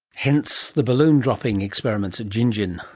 hence the balloon-dropping experiments at gingin.